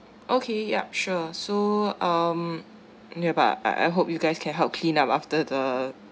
okay yup sure so um no but I I hope you guys can help clean up after the